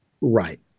Right